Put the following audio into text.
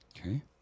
Okay